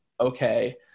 okay